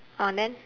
orh then